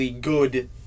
good